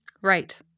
Right